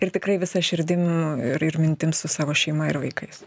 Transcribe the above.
ir tikrai visa širdim ir mintim su savo šeima ir vaikais